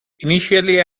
initially